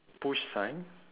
push sign